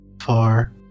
far